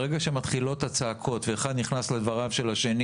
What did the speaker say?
ברגע שמתחילות הצעקות ואחד נכנס לדברי השני